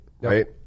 right